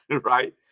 right